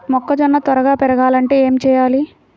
మొక్కజోన్న త్వరగా పెరగాలంటే ఏమి చెయ్యాలి?